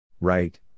Right